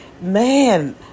Man